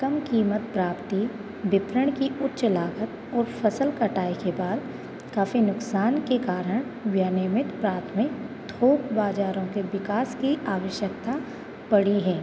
कम कीमत प्राप्ति वितरण की उच्च लागत और फसल कटाई के बाद काफ़ी नुकसान के कारण नियमित प्राथमिक थोक बाजारों के विकास की आवश्यकता पड़ी है